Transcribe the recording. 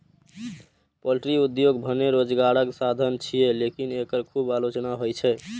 poultry उद्योग भने रोजगारक साधन छियै, लेकिन एकर खूब आलोचना होइ छै